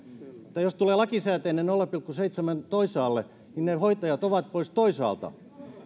että jos tulee lakisääteinen nolla pilkku seitsemälle toisaalle niin ne hoitajat ovat pois toisaalta